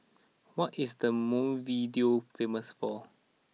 what is the Montevideo famous for